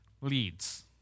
leads